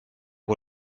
con